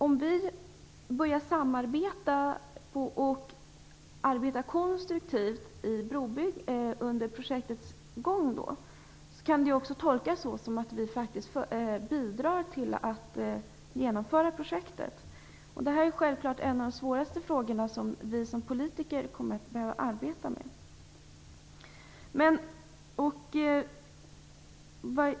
Om vi börjar samarbeta och arbetar konstruktivt under projektets gång, kan det också tolkas som att vi faktiskt bidrar till att genomföra projektet. Detta är självklart en av de svåraste frågorna som vi som politiker kommer att behöva arbeta med.